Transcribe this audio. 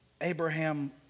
Abraham